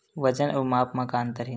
वजन अउ माप म का अंतर हे?